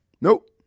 Nope